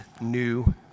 new